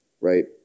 Right